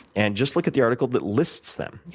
and just look at the article that lists them,